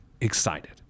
excited